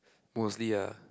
mostly eh